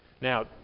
Now